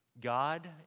God